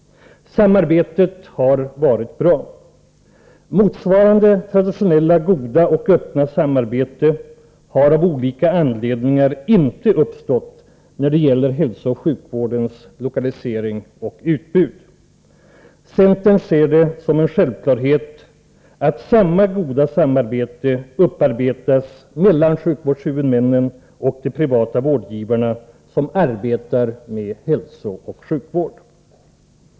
Samarbetet har varit bra. Motsvarande traditionella goda och öppna samarbete har av olika anledningar inte kommit till stånd rörande hälsooch sjukvårdens lokalisering och utbud. Centern ser det som en självklarhet, att samma goda samarbete uppnås mellan sjukvårdshuvudmännen och de privata vårdgivare som arbetar med hälsooch sjukvård.